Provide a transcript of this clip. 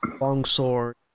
longsword